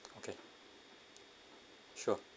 okay sure